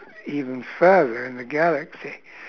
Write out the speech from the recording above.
even further in the galaxy